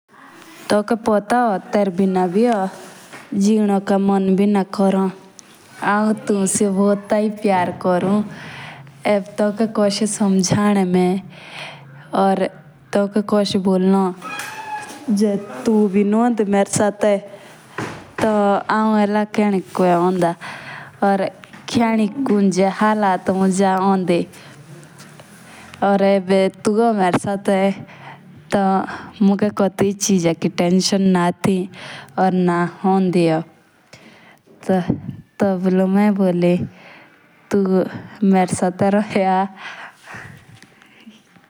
थोंखे पोता भी होन तेरे बिना भी होन जियोनो का मन भी ना कोरोन हाओन तुने बहुत ही प्यार कोरोन ईब थोंके कोस समझनो मे। या थोंके कोस बोलने जे तू भी नू होंडा मेरे साथे तो हां इला खियानी कोके होंदी।